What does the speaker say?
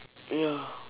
ya